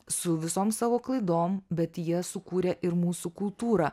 su visom savo klaidom bet jie sukūrė ir mūsų kultūrą